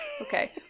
Okay